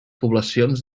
poblacions